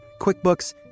QuickBooks